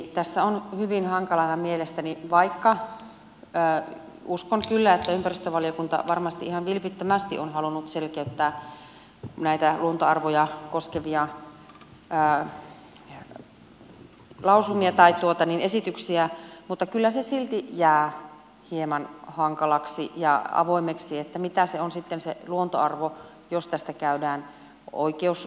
tämä on hyvin hankalaa mielestäni vaikka uskon kyllä että ympäristövaliokunta varmasti ihan vilpittömästi on halunnut selkeyttää näitä luontoarvoja koskevia lausumia tai esityksiä mutta kyllä se silti jää hieman hankalaksi ja avoimeksi mitä se luontoarvo sitten on jos tästä käydään oikeuskäsittelyä